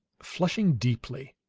flushing deeply